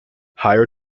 higher